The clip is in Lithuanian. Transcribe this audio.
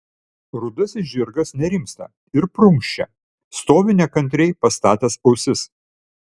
rudasis žirgas nerimsta ir prunkščia stovi nekantriai pastatęs ausis